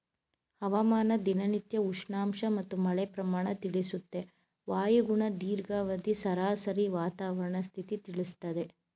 ಹವಾಮಾನ ದಿನನಿತ್ಯ ಉಷ್ಣಾಂಶ ಮತ್ತು ಮಳೆ ಪ್ರಮಾಣ ತಿಳಿಸುತ್ತೆ ವಾಯುಗುಣ ದೀರ್ಘಾವಧಿ ಸರಾಸರಿ ವಾತಾವರಣ ಸ್ಥಿತಿ ತಿಳಿಸ್ತದೆ